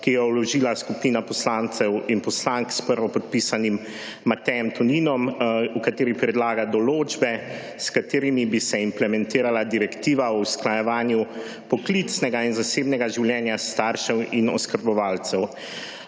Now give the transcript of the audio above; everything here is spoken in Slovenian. ga je vložila skupina poslancev in poslank, s prvopodpisanim Matejem Toninom, v kateri predlaga določbe, s katerimi bi se implementirala direktiva o usklajevanju poklicnega in zasebnega življenja staršev in oskrbovalcev.